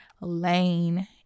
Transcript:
lane